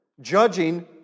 judging